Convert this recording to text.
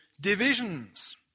divisions